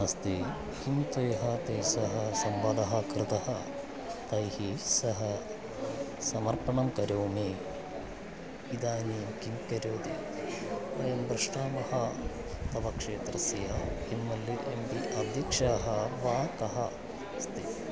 अस्ति किं त्वया तैः सह संवादः कृतः तैः सह समर्पणं करोमि इदानीं किं करोति वयं पृच्छामः तव क्षेत्रस्य एम् अल्ले एम् पि अध्यक्षः वा कः अस्ति